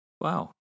Wow